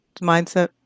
mindset